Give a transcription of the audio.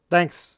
Thanks